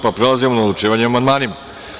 Prelazimo na odlučivanje o amandmanima.